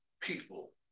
people